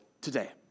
today